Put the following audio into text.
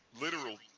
literal